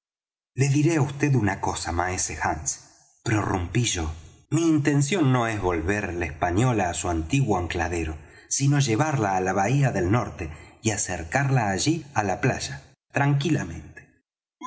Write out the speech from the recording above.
le diré á vd una cosa maese hands prorrumpí yo mi intención no es volver la española á su antiguo ancladero sino llevarla á la bahía del norte y acercarla allí á la playa tranquilamente